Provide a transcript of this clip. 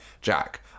Jack